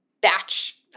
batch